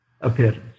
appearance